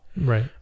Right